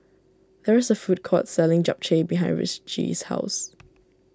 there is a food court selling Japchae behind Ritchie's house